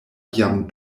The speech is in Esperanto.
jam